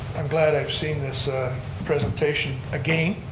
i'm glad i've seen this presentation again.